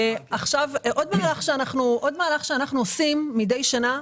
עוד מהלך שאנחנו עושים מדי שנה.